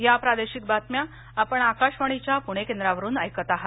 या प्रादेशिक बातम्या आपण आकाशवाणीच्या पूणे केंद्रावरून ऐकत आहात